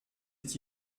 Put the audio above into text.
est